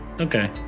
okay